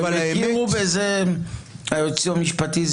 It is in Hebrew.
הכירו בזה הייעוץ המשפטי,